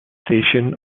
station